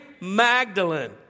Magdalene